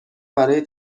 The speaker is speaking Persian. برای